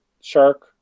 shark